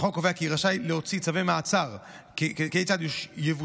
החוק קובע מי רשאי להוציא צווי מעצר וכיצד יבוצע